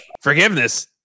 forgiveness